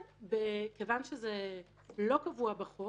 כיוון שזה לא קבוע בחוק